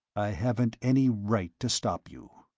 i haven't any right to stop you.